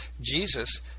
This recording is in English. Jesus